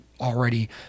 already